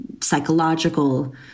psychological